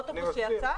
אוטובוס שיצא?